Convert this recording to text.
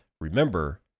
Remember